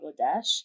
Bangladesh